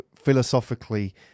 philosophically